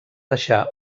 deixar